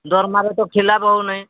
ଦରମାରେ ତ ଖିଲାପ ହେଉ ନାହିଁ